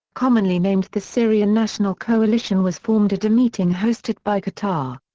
commonly named the syrian national coalition was formed at a meeting hosted by qatar.